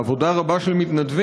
בה עבודה רבה של מתנדבים,